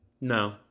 No